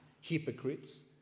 hypocrites